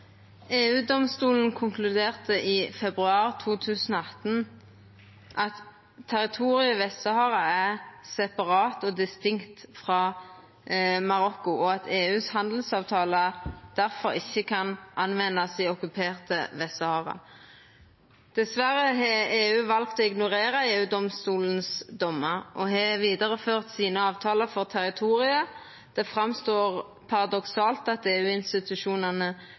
EU-domstolen konkluderte i februar 2018 med at territoriet Vest-Sahara er separat og distinkt frå Marokko, og at EUs handelsavtaler difor ikkje kan nyttast i okkuperte Vest-Sahara. Dessverre har EU valt å ignorera EU-domstolens dommar og har vidareført sine avtaler for territoriet. Det framstår paradoksalt at